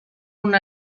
una